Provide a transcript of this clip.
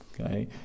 okay